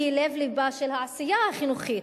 הם לב לבה של העשייה החינוכית.